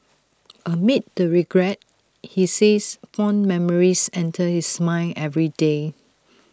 amid the regret he says fond memories enter his mind every day